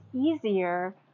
easier